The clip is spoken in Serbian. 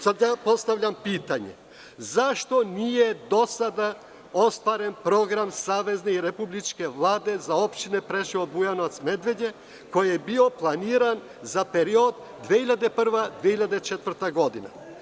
Sada postavljam pitanje – zašto nije do sada ostvaren program savezne i republičke Vlade za opštine Preševo, Bujanovac i Medveđa, koji je bio planiran za period 2001. – 2004. godina?